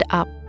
up